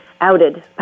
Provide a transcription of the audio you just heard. outed